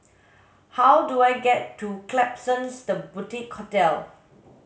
how do I get to Klapsons The Boutique Hotel